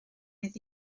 iddi